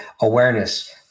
awareness